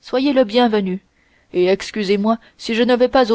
soyez le bienvenu et excusez-moi si je ne vais pas